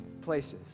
places